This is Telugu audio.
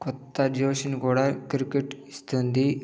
కొత్త జోష్ను కూడ క్రికెట్ ఇస్తుంది